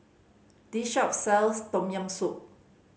this shop sells Tom Yam Soup